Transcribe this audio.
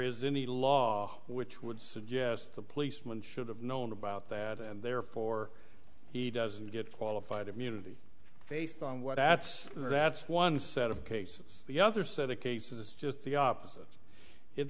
the law which would suggest the policeman should have known about that and therefore he doesn't get qualified immunity based on what ass that's one set of cases the other set of cases just the opposite it